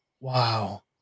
Wow